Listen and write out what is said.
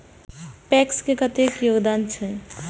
PACS के कतेक योगदान छै?